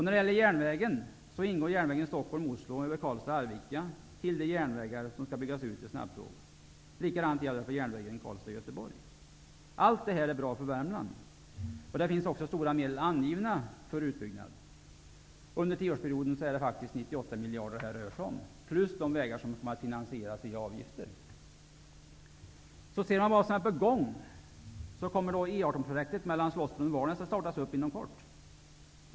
När det gäller järnvägen hör sträckan Stockholm-- Oslo, via Karlstad och Arvika, till de järnvägar som skall byggas ut för snabbtåg. Likadant är det med sträckan Karlstad--Göteborg. Allt detta är bra för Värmland. Det finns också stora medel angivna för utbyggnad. Under tioårsperioden rör det sig faktiskt om 98 miljarder. Till detta kommer de vägar som skall finansieras via avgifter. Om man tittar på vad som är på gång finner man att E 18-projektet mellan Slottsbron och Valnäs kommer att startas upp inom kort.